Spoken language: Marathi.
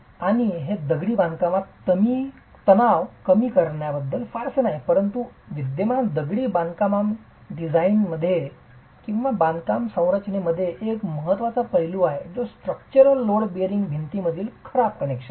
आणि हे दगडी बांधकामात तणाव कमी असण्याबद्दल फारसे नाही परंतु विद्यमान दगडी बांधकामसंरचनेचा एक महत्वाचा पैलू आहे जो स्ट्रक्चरल लोड बेअरिंग भिंतींमधील खराब कनेक्शन आहे